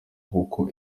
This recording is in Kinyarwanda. kuko